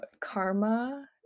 Karma